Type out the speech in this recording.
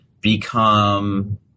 become